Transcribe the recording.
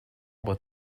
but